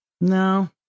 No